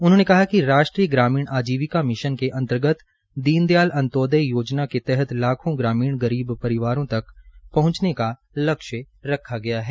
उन्होंने कहा कि राष्ट्रीय ग्रामीण आजीविका मिशन के अंतर्गत दीन दयाल अंत्योदय योजना के तहत लाखों ग्रामीण परिवारों तक पहंचने का ल्क्ष्य रखा गया है